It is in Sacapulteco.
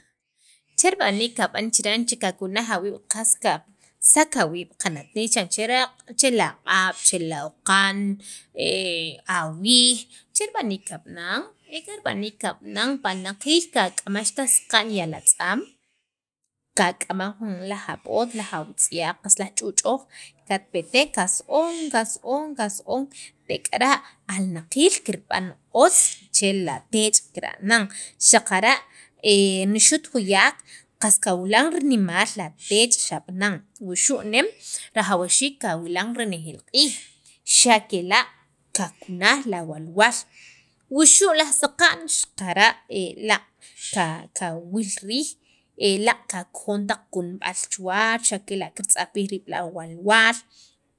che rib'aniik kab'an chiran re kakunaj awiib', qas kasak awiib' qana't ne chiran che la q'ab' che la wuqan, e awiij che rib'aniik kab'anan, ek'an rib'aniik kab'anan pa alnaqiil kak'ama'x taj saqa'n ya'al atz'am kak'ama' laj ab'oot o laj atzyaq qas laj ch'uchoj katpetek kasu'un, kasu'un kasu'un, tek'ara' alnaqiil kirb'an otz che latech', karanan xaqara' e nixut juyak qas kawilan rinimaal latech' kab'anan, wuxu' nem rajawxiik ka wulan renejeel q'iij xakela' kakunaj la walwal wuxu' laj saqa'n xaqaran laaq' kawil riij laaq' kakojon taq kunub'al chuwach xa kela' kirtz'apij riib' la walwal.